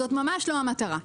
זאת ממש לא המטרה.